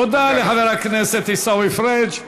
תודה לחבר הכנסת עיסאווי פריג'.